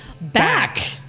back